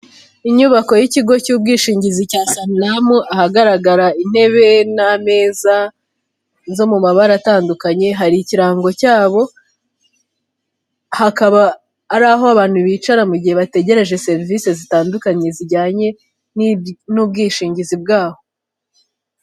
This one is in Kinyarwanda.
Inyubako y'ikigo cy'ubwishingizi cya Saniram ahagaragara intebe n'amezaza zo mu mabara atandukanye, hari ikirango cyabo, hakaba ari aho abantu bicara mu gihe bategereje serivisi zitandukanye zijyanye n'ubwishingizi bwaho.